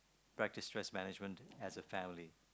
practice stress management as a family